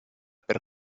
per